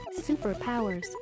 Superpowers